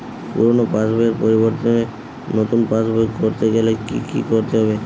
পুরানো পাশবইয়ের পরিবর্তে নতুন পাশবই ক রতে গেলে কি কি করতে হবে?